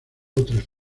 otras